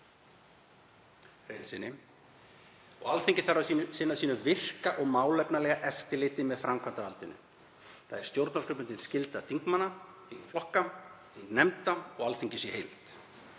Hreinssyni, og Alþingi þarf að sinna sínu virka og málefnalega eftirliti með framkvæmdarvaldinu. Það er stjórnarskrárbundin skylda þingmanna, þingflokka, þingnefnda og Alþingis í heild.